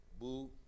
Boo